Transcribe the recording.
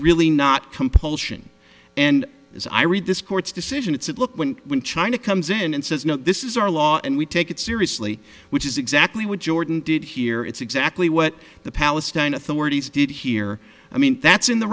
really not compulsion and as i read this court's decision it said look when when china comes in and says no this is our law and we take it seriously which is exactly what jordan did here it's exactly what the palestine authorities did here i mean that's in the